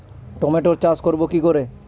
টমেটোর চাষ করব কি করে?